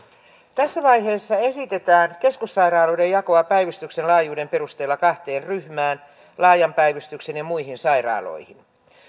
tässä vaiheessa esitetään keskussairaaloiden jakoa päivystyksen laajuuden perusteella kahteen ryhmään laajan päivystyksen ja muihin sairaaloihin